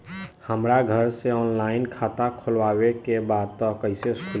हमरा घरे से ऑनलाइन खाता खोलवावे के बा त कइसे खुली?